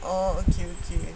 oh okay okay